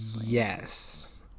Yes